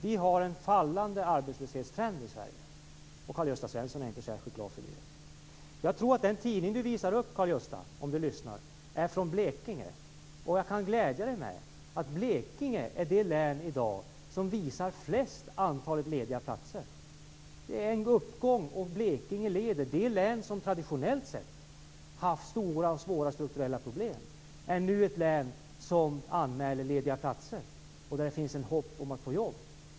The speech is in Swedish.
Vi har i Sverige en fallande arbetslöshetstrend, och Karl-Gösta Svenson är inte särskilt glad för det. Jag tror att den tidning Karl-Gösta Svenson visade upp är från Blekinge. Jag kan glädja Karl-Gösta Svenson med att Blekingen i dag är det län som har störst antal lediga platser. Det är en uppgång, och Blekinge leder. I det län som traditionellt sett haft stora och svåra strukturella problem finns det nu lediga platser och ett hopp om att få jobb.